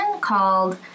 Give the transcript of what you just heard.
called